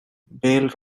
bale